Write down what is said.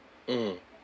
mm